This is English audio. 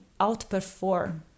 outperform